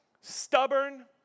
stubborn